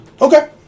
Okay